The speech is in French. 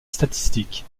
statistique